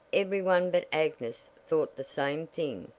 every one but agnes thought the same thing,